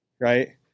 right